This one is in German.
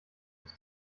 sich